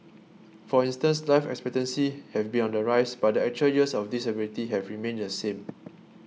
for instance life expectancy have been on the rise but the actual years of disability have remained the same